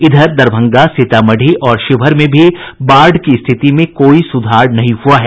इधर दरभंगा सीतामढ़ी और शिवहर में भी बाढ़ की स्थिति में कोई सुधार नहीं हुआ है